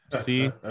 see